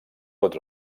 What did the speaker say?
tot